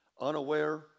Unaware